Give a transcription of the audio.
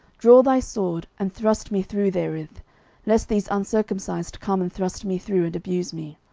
draw thy sword, and thrust me through therewith lest these uncircumcised come and thrust me through, and abuse me.